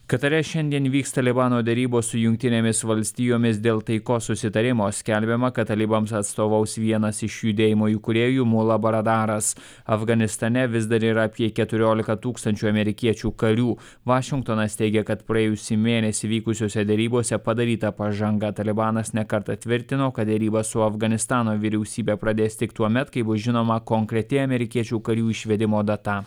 katare šiandien vyks talibano derybos su jungtinėmis valstijomis dėl taikos susitarimo skelbiama kad talibams atstovaus vienas iš judėjimo įkūrėjų molabaradaras afganistane vis dar yra apie keturiolika tūkstančių amerikiečių karių vašingtonas teigia kad praėjusį mėnesį vykusiose derybose padaryta pažanga talibanas ne kartą tvirtino kad derybas su afganistano vyriausybe pradės tik tuomet kai bus žinoma konkreti amerikiečių karių išvedimo data